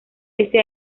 ese